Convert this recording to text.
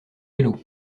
vélo